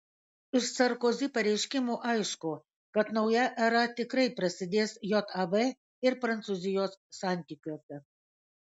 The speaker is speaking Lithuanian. iš sarkozi pareiškimų aišku kad nauja era tikrai prasidės jav ir prancūzijos santykiuose